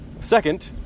Second